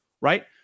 right